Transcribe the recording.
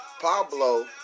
Pablo